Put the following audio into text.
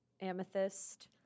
amethyst